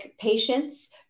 patients